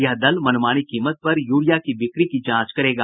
यह दल मनमानी कीमत पर यूरिया की बिक्री की जांच करेगा